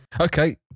Okay